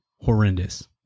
horrendous